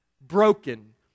broken